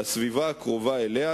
לסביבה הקרובה אליה,